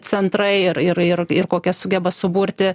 centrai ir ir ir ir kokias sugeba suburti